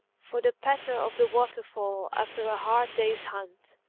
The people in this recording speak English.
for the patter of the waterfall after a hard day's hunt?